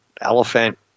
elephant